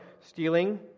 Stealing